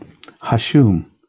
Hashum